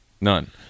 None